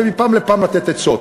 ומפעם לפעם לתת עצות.